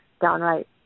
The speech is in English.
downright